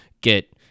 get